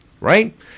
Right